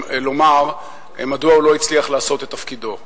לומר מדוע הוא לא הצליח לעשות את תפקידו.